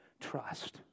trust